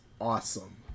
awesome